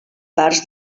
parts